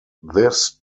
this